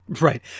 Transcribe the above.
right